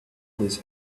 these